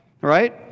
right